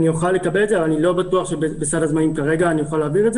אוכל לקבל את זה אבל אני לא בטוח שבסד הזמנים כרגע אוכל להעביר.